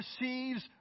receives